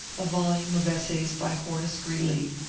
a volume of essays by horace ghreeley,